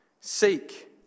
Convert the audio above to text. Seek